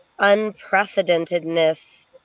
unprecedentedness